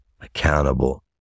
accountable